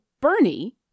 Bernie